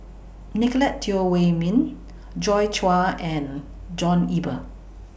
Nicolette Teo Wei Min Joi Chua and John Eber